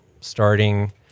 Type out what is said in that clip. starting